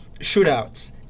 shootouts